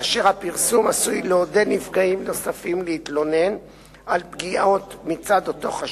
כאשר הפרסום עלול לעודד נפגעים נוספים להתלונן על פגיעות מצד אותו חשוד.